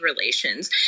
relations